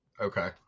Okay